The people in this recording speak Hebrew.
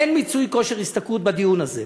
אין מיצוי כושר השתכרות בדיון הזה.